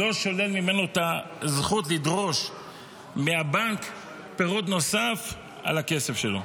לא שולל ממנו את הזכות לדרוש מהבנק פירוט נוסף על הכסף שלו.